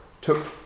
took